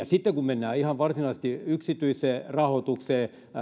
sitten kun mennään ihan varsinaisesti yksityiseen rahoitukseen